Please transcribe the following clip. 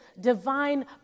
divine